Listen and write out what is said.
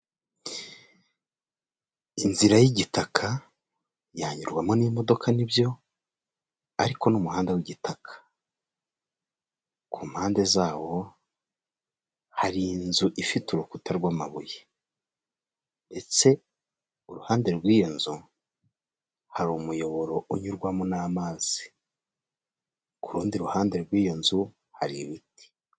Inzira y'igitaka yanyurwamo n'imodoka nibyo ariko ni umuhanda w'igitaka, ku mpande zawo hari inzu ifite urukuta rw'amabuye ndetse iruhande rw'iyo nzu hari umuyoboro unyurwamo n'amazi, ku rundi ruhande rw'iyo nzu hari ibiti.